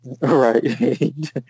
Right